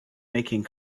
making